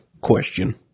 question